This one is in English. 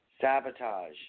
Sabotage